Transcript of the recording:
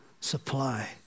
supply